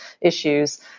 issues